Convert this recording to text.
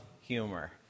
humor